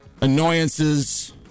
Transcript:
annoyances